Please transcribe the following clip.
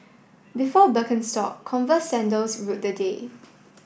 before Birkenstock Converse sandals ruled the day